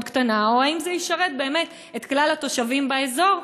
קטנה או האם זה ישרת את כלל התושבים באזור,